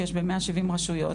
שיש ב-170 רשויות,